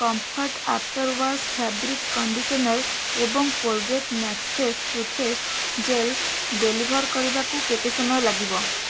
comfort after wash fabric conditioner ଏବଂ Colgate max fresh toothpaste gel deliver କରିବାକୁ କେତେ ସମୟ ଲାଗିବ